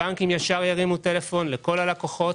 הבנקים ישר ירימו טלפון לכל הלקוחות,